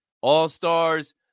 All-stars